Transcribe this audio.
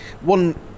One